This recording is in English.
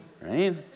Right